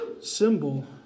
symbol